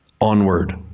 onward